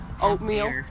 oatmeal